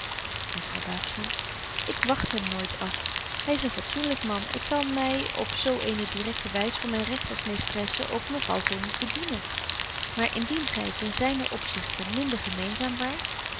juffrouw buigzaam ik wagt hem nooit af hy is een fatsoenlyk man ik kan my op zo betje wolff en aagje deken historie van mejuffrouw sara burgerhart eene directe wys van myn recht als meestresse ook nog al zo niet bedienen maar indien gy ten zynen opzichte minder gemeenzaam waart